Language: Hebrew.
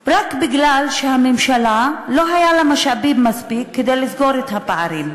רק בגלל שלממשלה לא היו משאבים מספיק לסגור את הפערים,